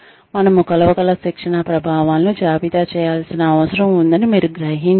మనము కొలవగల శిక్షణ ప్రభావాలను జాబితా చేయాల్సిన అవసరం ఉందని మీరు గ్రహించాలి